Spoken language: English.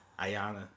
Ayana